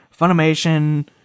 funimation